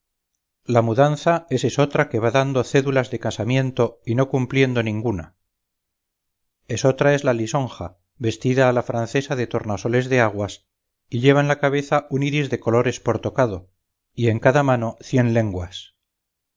la mudanza es esotra que va dando cédulas de casamiento y no cumpliendo ninguna esotra es la lisonja vestida a la francesa de tornasoles de aguas y lleva en la cabeza un iris de colores por tocado y en cada mano cien lenguas